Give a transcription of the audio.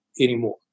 anymore